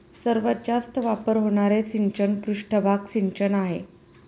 सर्वात जास्त वापर होणारे सिंचन पृष्ठभाग सिंचन आहे